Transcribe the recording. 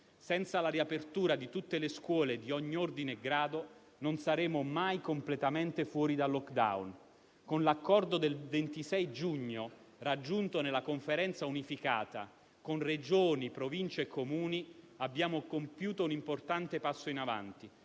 Senza la riapertura di tutte le scuole di ogni ordine e grado non saremo mai completamente fuori dal *lockdown*. Con l'accordo raggiunto il 26 giugno scorso in Conferenza unificata tra Regioni, Province e Comuni abbiamo compiuto un importante passo in avanti,